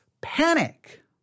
panic